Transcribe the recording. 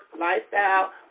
lifestyle